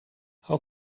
how